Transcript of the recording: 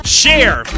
share